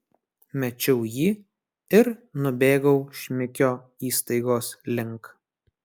mečiau jį ir nubėgau šmikio įstaigos link